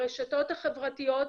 ברשתות החברתיות,